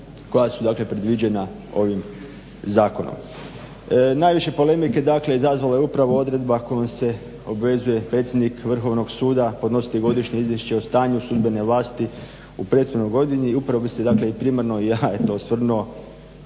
koja su predviđena ovim zakonom. Najviše polemike izazvalo je upravo odredba kojom se obvezuje predsjednik Vrhovnog suda, podnositelj Godišnjeg izvješća o stanju sudbene vlasti u prethodnoj godini, upravo bi se dakle i primarno ja eto osvrnuo